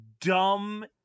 dumb